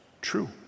true